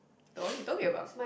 the one you told me about